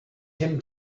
him